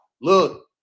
Look